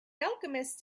alchemist